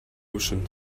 ocean